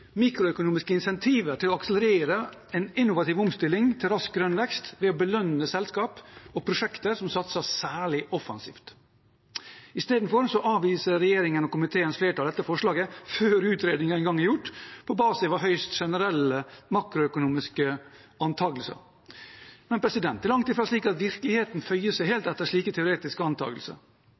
mikroøkonomiske insentiver til å akselerere en innovativ omstilling til rask grønn vekst ved å belønne selskaper og prosjekter som satser særlig offensivt. Isteden avviser regjeringen og komiteens flertall dette forslaget før utredningen engang er gjort, på basis av høyst generelle makroøkonomiske antagelser. Men det er langt ifra slik at virkeligheten føyer seg helt etter teoretiske antagelser.